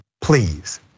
please